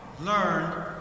learn